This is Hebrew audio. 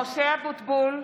משה אבוטבול,